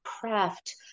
craft